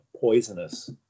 poisonous